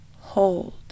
hold